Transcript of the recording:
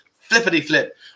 Flippity-flip